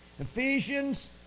Ephesians